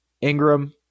Ingram